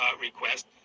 request